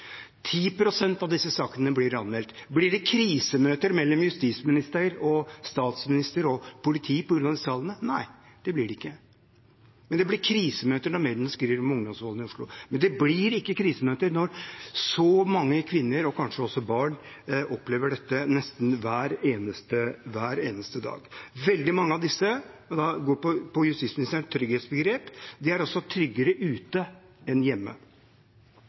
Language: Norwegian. av disse sakene blir anmeldt. Blir det krisemøter mellom justisminister, statsminister og politi på grunn av disse tallene? Nei, det blir det ikke. Det blir krisemøter når media skriver om ungdomsvolden i Oslo, men det blir ikke krisemøter når så mange kvinner, og kanskje også barn, opplever dette nesten hver eneste dag. Veldig mange av disse går på justisministerens trygghetsbegrep. De er altså tryggere ute enn hjemme.